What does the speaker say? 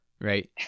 Right